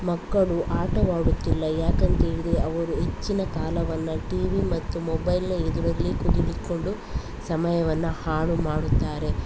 ಮಕ್ಕಳು ಆಟವಾಡುತ್ತಿಲ್ಲ ಯಾಕಂತೇಳಿದರೆ ಅವರು ಹೆಚ್ಚಿನ ಕಾಲವನ್ನ ಟಿವಿ ಮತ್ತು ಮೊಬೈಲ್ನ ಎದುರಲ್ಲೇ ಕುಳಿತುಕೊಂಡು ಸಮಯವನ್ನು ಹಾಳು ಮಾಡುತ್ತಾರೆ